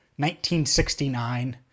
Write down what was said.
1969